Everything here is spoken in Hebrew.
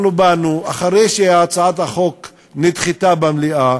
אנחנו באנו אחרי שהצעת החוק נדחתה במליאה.